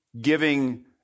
Giving